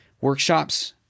workshops